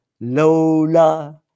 Lola